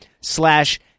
slash